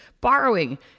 borrowing